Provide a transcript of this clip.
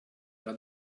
era